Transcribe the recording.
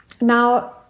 Now